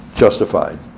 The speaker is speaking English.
justified